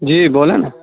جی بولیں نا